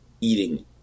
eating